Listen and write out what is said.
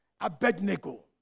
Abednego